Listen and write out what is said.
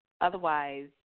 Otherwise